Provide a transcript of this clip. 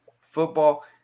football